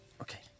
Okay